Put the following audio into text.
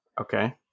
Okay